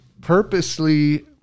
purposely